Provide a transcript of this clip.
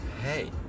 hey